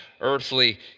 earthly